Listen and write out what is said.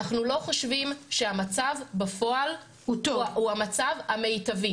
אנחנו לא חושבים שהמצב בפועל הוא המצב המיטבי.